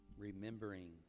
remembering